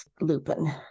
Lupin